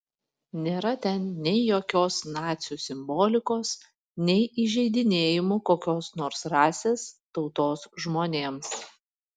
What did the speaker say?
nėra ten nei jokios nacių simbolikos nei įžeidinėjimų kokios nors rasės tautos žmonėms